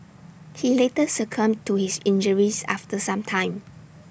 he later succumbed to his injuries after some time